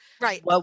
right